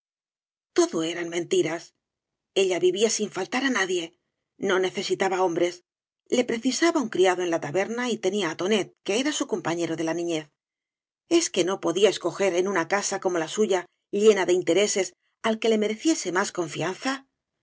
todo eran mentiras ella vivía sin faltar á nadie no necesitaba hombres le precisaba un criado en la taberna y tenía á tonet que era su compañero de la niñez ea que no podía escoger en una casa como la suya llena de intereses al que le mereciese más confianza